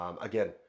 Again